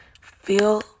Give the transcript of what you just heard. feel